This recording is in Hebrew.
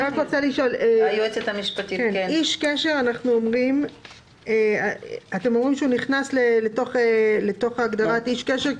אתם אומרים שהוא נכנס להגדרה "איש קשר"?